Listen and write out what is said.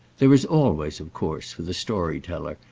there is always, of course, for the story-teller,